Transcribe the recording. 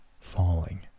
falling